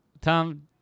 Tom